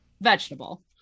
vegetable